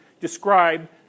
describe